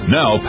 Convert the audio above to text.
Now